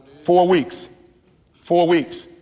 four weeks four weeks.